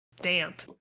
damp